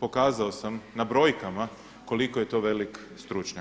pokazao sam na brojkama koliko je to velik stručnjak.